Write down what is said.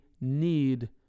need